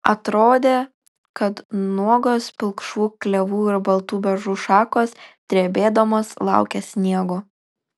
atrodė kad nuogos pilkšvų klevų ir baltų beržų šakos drebėdamos laukia sniego